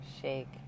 shake